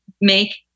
make